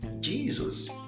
Jesus